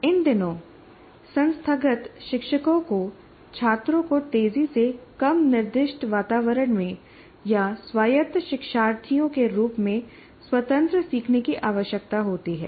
इन दिनों संस्थागत शिक्षकों को छात्रों को तेजी से कम निर्देशित वातावरण में या स्वायत्त शिक्षार्थियों के रूप में स्वतंत्र सीखने की आवश्यकता होती है